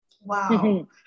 wow